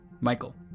Michael